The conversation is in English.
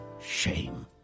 Shame